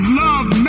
love